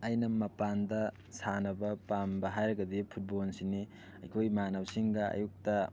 ꯑꯩꯅ ꯃꯄꯥꯟꯗ ꯁꯥꯟꯅꯕ ꯄꯥꯝꯕ ꯍꯥꯏꯔꯒꯗꯤ ꯐꯨꯠꯕꯣꯜꯁꯤꯅꯤ ꯑꯩꯈꯣꯏ ꯏꯃꯥꯟꯅꯕꯁꯤꯡꯒ ꯑꯌꯨꯛꯇ